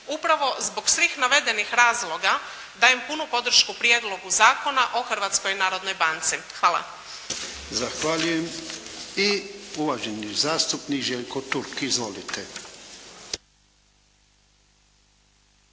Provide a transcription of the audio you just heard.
Upravo zbog svih navedenih razloga dajem punu podršku Prijedlogu zakona o Hrvatskoj narodnoj banci. Hvala. **Jarnjak, Ivan (HDZ)** Zahvaljujem. I uvaženi zastupnik Željko Turk. Izvolite.